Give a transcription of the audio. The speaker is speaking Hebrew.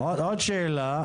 עוד שאלה.